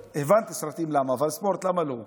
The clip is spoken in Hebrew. הבנתי למה סרטים, אבל למה לא ספורט?